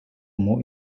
more